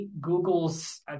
Google's